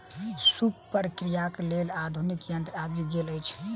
सूप प्रक्रियाक लेल आधुनिक यंत्र आबि गेल अछि